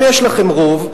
אבל יש לכם רוב.